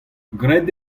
graet